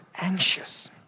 anxious